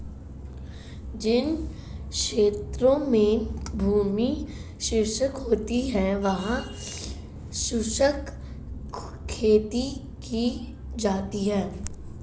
जिन क्षेत्रों में भूमि शुष्क होती है वहां शुष्क खेती की जाती है